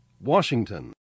Washington